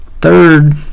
third